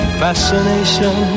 fascination